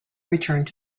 returned